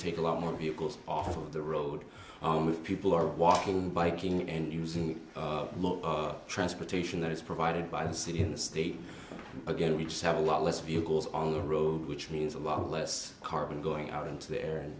take a lot more vehicles off of the road if people are walking biking and using look transportation that is provided by the city in the state again which have a lot less vehicles on the road which means a lot less carbon going out into the air